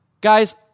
Guys